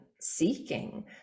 seeking